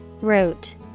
Root